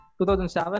2007